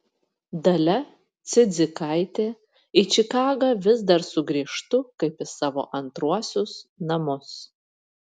dalia cidzikaitė į čikagą vis dar sugrįžtu kaip į savo antruosius namus